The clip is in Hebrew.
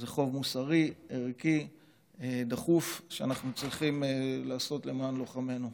זה חוב מוסרי וערכי דחוף שאנחנו צריכים לעשות למען לוחמינו.